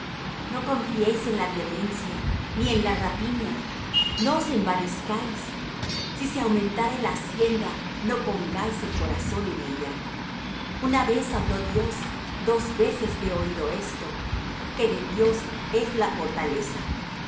no confiéis en la violencia ni en la rapiña no os envanezcáis si se aumentare la hacienda no pongáis el corazón en ella una vez habló dios dos veces he oído esto que de dios es la fortaleza